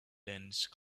dense